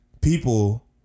People